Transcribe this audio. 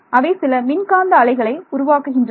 அவை சில மின்காந்த அலைகளை உருவாக்குகின்றன